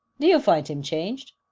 do you find him changed?